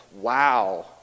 wow